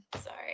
sorry